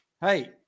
Hey